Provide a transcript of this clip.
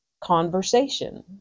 conversation